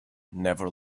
never